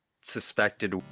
suspected